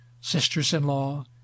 sisters-in-law